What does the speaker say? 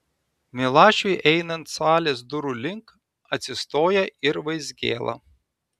milašiui einant salės durų link atsistoja ir vaizgėla